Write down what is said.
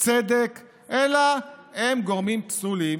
צדק אלא הם גורמים פסולים,